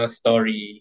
story